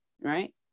right